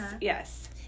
yes